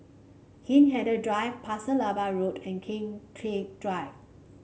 Hindhede Drive Pasir Laba Road and Kian trick Drive